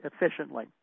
efficiently